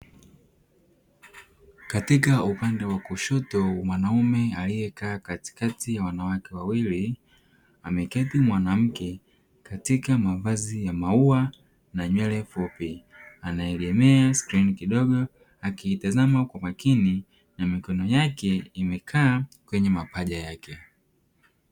Katika upande wa kushoto mwanaume aliyekaa katikati ya wanawake wawili, ameketi mwanamke katika mavazi ya maua na nywele fupi, anaegemea skrini kidogo akiitazama kwa makini na mikono yake imekaa kwenye mapaja yake.